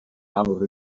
nawr